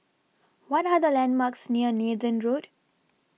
What Are The landmarks near Nathan Road